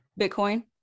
Bitcoin